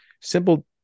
simple